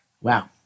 Wow